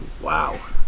Wow